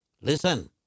Listen